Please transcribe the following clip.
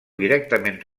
directament